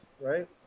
right